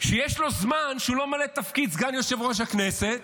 ויש לו זמן כשהוא לא ממלא את תפקיד סגן יושב-ראש הכנסת,